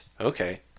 Okay